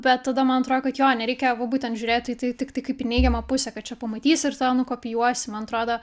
bet tada man atro kad jo nereikia va būtent žiūrėt į tai tiktai kaip į neigiamą pusę kad čia pamatysi ir tada nukopijuosi man atrodo